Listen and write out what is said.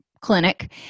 clinic